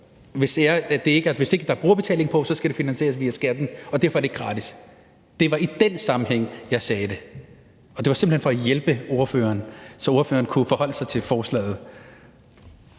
Hvis ikke der er brugerbetaling på, skal det finansieres via skatten, og derfor er det ikke gratis. Det var i den sammenhæng, jeg sagde det, og det var simpelt hen for at hjælpe ordføreren, så ordføreren kunne forholde sig til forslaget.